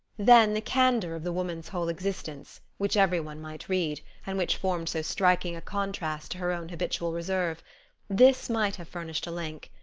then the candor of the woman's whole existence, which every one might read, and which formed so striking a contrast to her own habitual reserve this might have furnished a link.